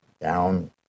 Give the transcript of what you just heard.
down